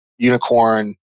unicorn